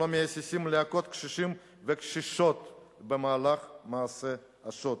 שלא מהססים להכות קשישים וקשישות במהלך מעשה השוד.